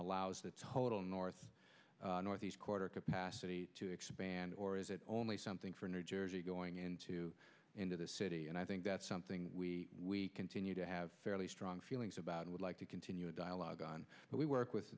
allows the total north northeast corridor capacity to expand or is it only something for new jersey going into into the city and i think that's something we continue to have fairly strong feelings about i would like to continue a dialogue on how we work with